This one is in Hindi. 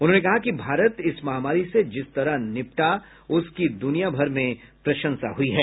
उन्होंने कहा कि भारत इस महामारी से जिस तरह निपटा उसकी दुनियाभर में प्रशंसा हुई है